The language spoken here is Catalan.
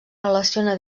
relaciona